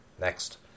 Next